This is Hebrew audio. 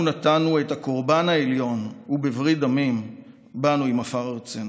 נתנו את הקורבן העליון ובברית דמים באנו עם עפר ארצנו.